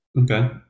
Okay